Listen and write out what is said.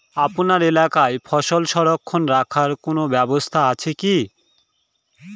আপনার এলাকায় ফসল সংরক্ষণ রাখার কোন ব্যাবস্থা আছে কি?